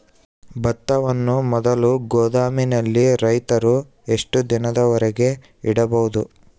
ಭತ್ತವನ್ನು ಮೊದಲು ಗೋದಾಮಿನಲ್ಲಿ ರೈತರು ಎಷ್ಟು ದಿನದವರೆಗೆ ಇಡಬಹುದು?